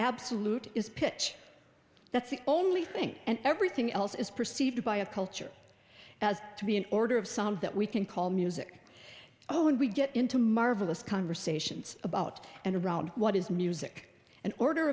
absolute is pitch that's the only thing and everything else is perceived by a culture as to be an order of sound that we can call music oh and we get into marvelous conversations about and around what is music an order